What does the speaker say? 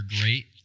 great